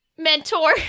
mentor